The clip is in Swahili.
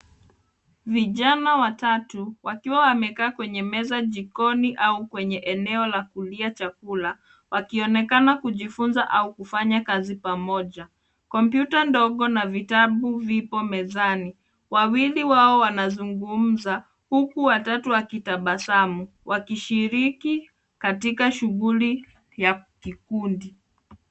Vijana watatu wakiwa wamekaa kwenye meza jikoni au eneo la kulia chakula wakionekana kujifunza au kufanya kazi pamoja. Kompyuta ndogo na vitabu vipo mezani. Wawili wao wakizugumza huku watatu wanatabasamu wakishiriki katika shughuli ya kikundi.